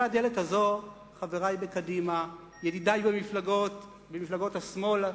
חברי בקדימה, ידידי במפלגות השמאל,